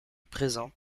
présent